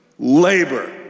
Labor